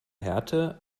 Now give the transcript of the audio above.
härte